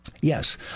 Yes